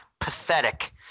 pathetic